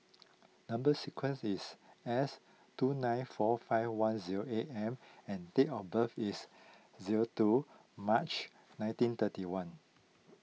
Number Sequence is S two nine four five one zero eight M and date of birth is zero two March nineteen thirty one